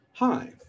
Hi